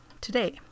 today